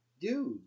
Dude